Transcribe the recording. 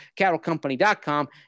CattleCompany.com